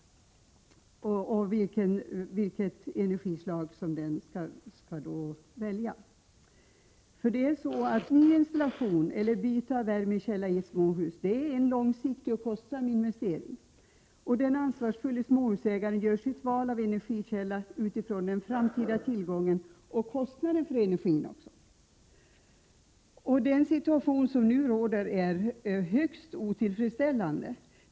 Vilket energislag skall man då välja? Nyinstallation eller byte av värmekälla i småhus är en långsiktig och kostsam investering. Den ansvarsfulle småhusägaren gör sitt val av energikälla utifrån den framtida tillgången och kostnaden för energin. Den situation som nu råder är högst otillfredsställande.